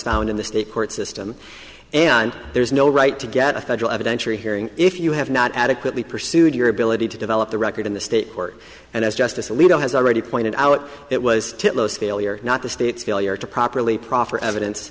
found in the state court system and there is no right to get a federal evidentiary hearing if you have not adequately pursued your ability to develop the record in the state court and as justice alito has already pointed out it was not the state's failure to properly proffer evidence